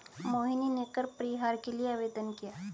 मोहिनी ने कर परिहार के लिए आवेदन किया